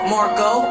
Marco